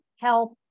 help